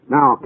Now